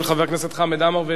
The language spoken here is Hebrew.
ונאומו של חבר הכנסת נפאע,